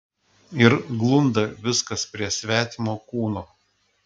ir glunda viskas prie svetimo kūno